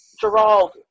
Gerald